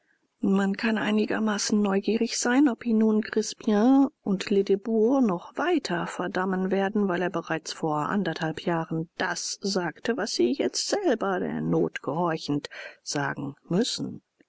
man kann einigermaßen neugierig sein ob ihn nun crispien und ledebour noch weiter verdammen werden weil er bereits vor anderthalb jahren das sagte was sie jetzt selber der not gehorchend sagen müssen